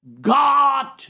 God